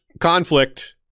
conflict